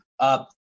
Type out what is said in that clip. up